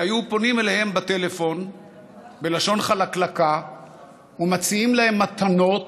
שהיו פונים אליהם בטלפון בלשון חלקלקה ומציעים להם מתנות.